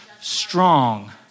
strong